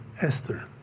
Esther